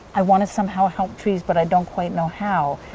i want to somehow help trees, but i don't quite know how.